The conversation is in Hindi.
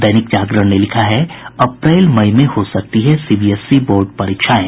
दैनिक जागरण ने लिखा है अप्रैल मई में हो सकती हैं सीबीसीसई बोर्ड परीक्षाएं